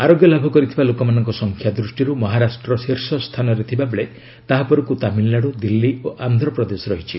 ଆରୋଗ୍ୟ ଲାଭ କରିଥିବା ଲୋକମାନଙ୍କ ସଂଖ୍ୟା ଦୃଷ୍ଟିରୁ ମହାରାଷ୍ଟ୍ର ଶୀର୍ଷ ସ୍ଥାନରେ ଥିବା ବେଳେ ତାହା ପରକୁ ତାମିଲନାଡ଼ୁ ଦିଲ୍ଲୀ ଓ ଆନ୍ଧ୍ୟପ୍ରଦେଶ ରହିଛି